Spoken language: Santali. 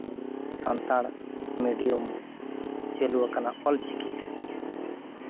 ᱥᱟᱱᱛᱟᱲ ᱢᱤᱰᱭᱟᱢ ᱪᱟᱹᱞᱩᱣᱟᱠᱟᱱᱟ ᱚᱞᱪᱤᱠᱤ ᱛᱮ